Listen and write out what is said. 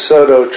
Soto